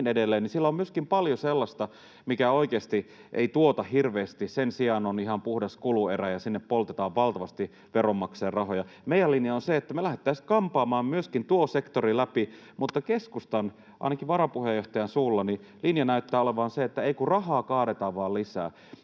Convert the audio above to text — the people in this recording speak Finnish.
siellä on myöskin paljon sellaista, mikä oikeasti ei tuota hirveästi, sen sijaan on ihan puhdas kuluerä ja sinne poltetaan valtavasti veronmaksajien rahoja. Meidän linjamme on se, että me lähdettäisiin kampaamaan myöskin tuo sektori läpi, mutta keskustan — ainakin varapuheenjohtajan suulla — linja näyttää olevan se, että ei kun rahaa kaadetaan vain lisää.